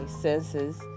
senses